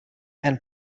and